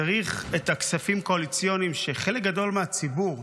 צריך את הכספים הקואליציוניים, חלק גדול מהציבור,